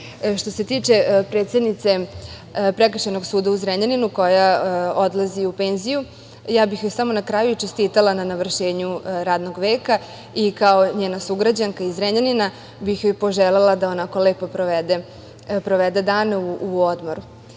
se tiče predsednice Prekršajnog suda u Zrenjaninu, koja odlazi u penziju, samo bih joj na kraju čestitala na navršenju radnog veka, i kao njena sugrađanka iz Zrenjanina bih joj poželela da ona lepo provede dane u odmogu.